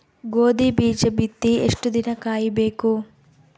ಗೋಧಿ ಬೀಜ ಬಿತ್ತಿ ಎಷ್ಟು ದಿನ ಕಾಯಿಬೇಕು?